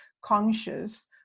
conscious